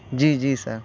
جی جی سر